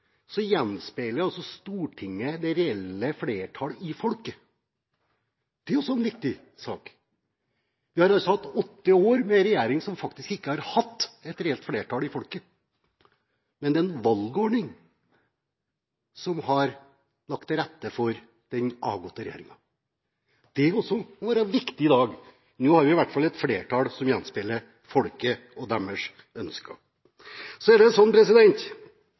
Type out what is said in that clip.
Så er det en annen ting som er viktig, og hvor jeg føler en viss arroganse fra avgåtte regjeringspartier: For første gang på flere valg gjenspeiler Stortinget det reelle flertall i folket. Det er også en viktig sak. Vi har hatt åtte år med en regjering som faktisk ikke har hatt et reelt flertall i folket – det er valgordningen som har lagt til rette for den avgåtte regjeringen. Det også må være viktig i dag. Nå har vi i hvert fall et flertall